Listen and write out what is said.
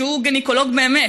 שהוא גינקולוג באמת,